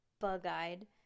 bug-eyed